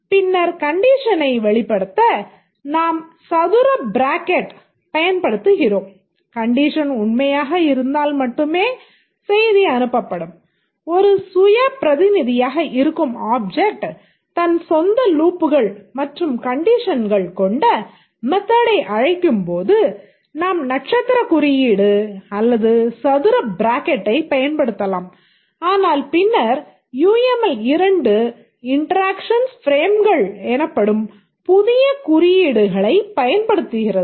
பின்னர் கண்டிஷனை வெளிப்படுத்த நாம் சதுர பிராக்கெட் பயன்படுத்துகிறோம் கண்டிஷன் உண்மையாக இருந்தால் மட்டுமே செய்தி அனுப்பப்படும் ஒரு சுய பிரதிநிதியாக இருக்கும் ஆப்ஜெக்ட் தன் சொந்த லூப்கள் மற்றும் கண்டிஷன்கள் கொண்ட மெத்தடை அழைக்கும் போது நாம் நட்சத்திரக் குறியீடு அல்லது சதுர பிராக்கெட்டைப் பயன்படுத்தலாம் ஆனால் பின்னர் யுஎம்எல் 2 இன்டெராக்ஷன்ஸ் பிரேம்கள் எனப்படும் புதிய குறியீடுகளைப் பயன்படுத்துகிறது